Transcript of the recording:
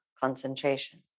concentration